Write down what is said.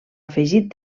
afegit